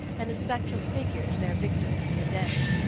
and the spectral figures their victims in the den.